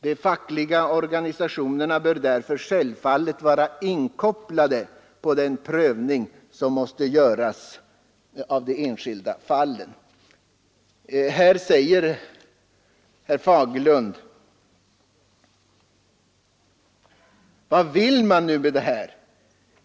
De fackliga organisationerna bör därför självfallet vara inkopplade på den prövning som måste göras av de enskilda fallen. Här frågar herr Fagerlund: ”Vad vill man nu med det här?